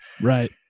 right